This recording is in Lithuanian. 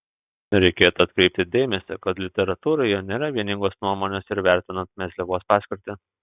reikėtų atkreipti dėmesį kad literatūroje nėra vieningos nuomonės ir vertinant mezliavos paskirtį